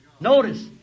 Notice